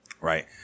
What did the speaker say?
Right